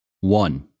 One